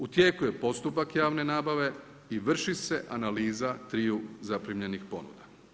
U tijeku je postupak javne nabave i vrši se analizu triju zaprimljenih ponuda.